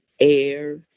air